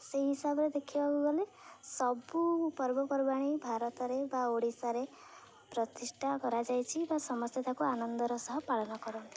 ସେହି ହିସାବରେ ଦେଖିବାକୁ ଗଲେ ସବୁ ପର୍ବପର୍ବାଣି ଭାରତରେ ବା ଓଡ଼ିଶାରେ ପ୍ରତିଷ୍ଠା କରାଯାଇଛିି ବା ସମସ୍ତେ ତାକୁ ଆନନ୍ଦର ସହ ପାଳନ କରନ୍ତି